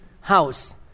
house